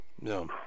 No